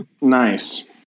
Nice